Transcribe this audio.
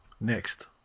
Next